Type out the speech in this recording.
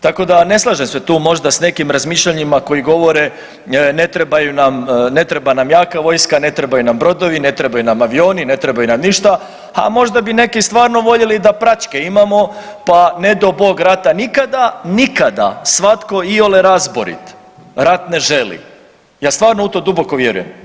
Tako da ne slažem se tu možda s nekim razmišljanjima koji govore ne treba nam jaka vojska, ne trebaju na brodovi, ne trebaju nam avioni, ne treba nam ništa, ha možda bi neki stvarno voljeli da praćke imamo pa ne do Bog rata nikada, nikada svatko iole razborit rat ne želi, ja stvarno u to duboko vjerujem.